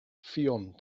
ffion